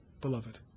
beloved